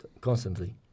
constantly